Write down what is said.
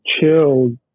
chilled